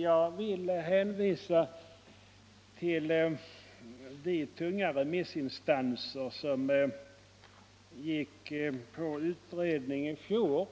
Jag vill hänvisa till de tunga remissinstanser som gick på utredningslinjen i fjol